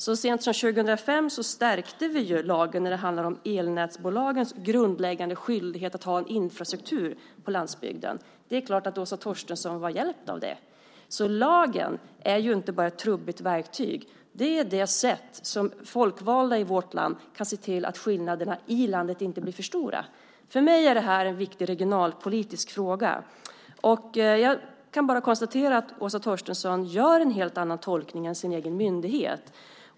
Så sent som 2005 stärkte vi lagen när det handlade om elnätsbolagens grundläggande skyldighet att ha en infrastruktur på landsbygden. Det är klart att Åsa Torstensson var hjälpt av det. Lagen är inte bara ett trubbigt verktyg. Det är det sätt på vilket folkvalda i vårt land kan se till att skillnaderna i landet inte blir för stora. För mig är det en viktig regionalpolitisk fråga. Jag kan bara konstatera att Åsa Torstensson gör en helt annan tolkning än vad hennes egen myndighet gör.